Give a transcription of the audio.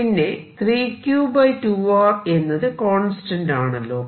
പിന്നെ 3Q 2R എന്നത് constant ആണല്ലോ